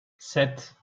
sept